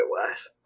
otherwise